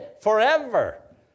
forever